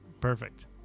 Perfect